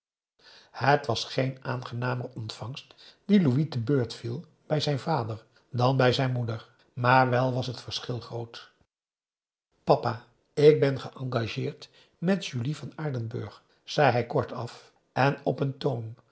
het was geen aangenamer ontvangst die louis te beurt viel bij zijn vader dan bij zijn moeder maar wel was het verschil groot papa ik ben geëngageerd met julie van aardenburg zei hij kortaf en op een toon